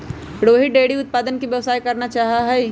Rohit dairy उत्पादन के व्यवसाय करना चाहा हई